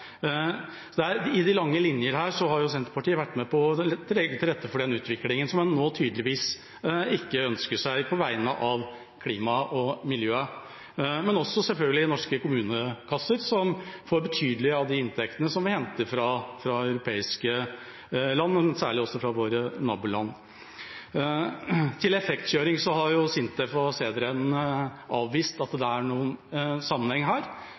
Så de lange linjer her viser at Senterpartiet har vært med på å legge til rette for den utviklingen som en nå tydeligvis ikke ønsker seg på vegne av klimaet og miljøet – men også selvfølgelig norske kommunekasser, som får betydelig av de inntektene som vi henter fra europeiske land, særlig også fra våre naboland. Til effektkjøring: SINTEF og CEDREN har avvist at det er noen sammenheng her.